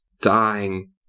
dying